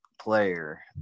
player